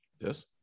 Yes